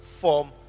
form